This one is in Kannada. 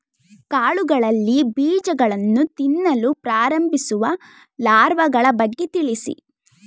ಕಾಳುಗಳಲ್ಲಿ ಬೀಜಗಳನ್ನು ತಿನ್ನಲು ಪ್ರಾರಂಭಿಸುವ ಲಾರ್ವಗಳ ಬಗ್ಗೆ ತಿಳಿಸಿ?